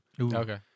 Okay